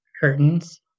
Curtains